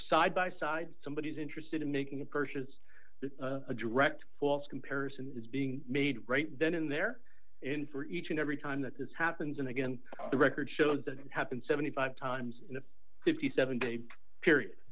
side by side somebody is interested in making a purchase that a direct false comparison is being made right then in there in for each and every time that this happens and again the record shows that it happened seventy five dollars times in a fifty seven day period